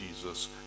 Jesus